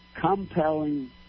compelling